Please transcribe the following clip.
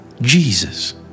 Jesus